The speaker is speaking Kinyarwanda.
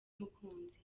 mukunzi